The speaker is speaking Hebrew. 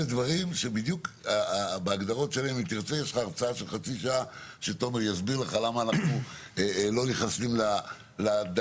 אלה דברים שתומר יכול להסביר לך חצי שעה למה אנחנו לא נכנסים לדייקנות